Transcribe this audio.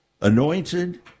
anointed